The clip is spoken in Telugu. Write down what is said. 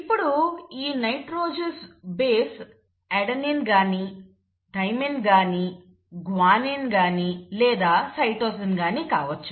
ఇప్పుడు ఈ నైట్రోజెనోస్ బేస్ అడెనిన్ గాని థైమిన్ గాని గ్వానిన్ గాని లేదా సైటోసిన్ గాని కావచ్చు